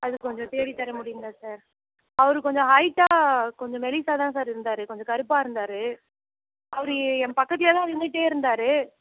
அது கொஞ்சம் தேடித்தர முடியுமா சார் அவரு கொஞ்சம் ஹைட்டா கொஞ்சம் மெல்லிசாக தான் சார் இருந்தாரு கொஞ்சம் கருப்பா இருந்தார் அவரு என் பக்கத்தில் தான் நின்றுட்டே இருந்தாரு